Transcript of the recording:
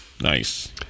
Nice